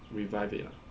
revived it lah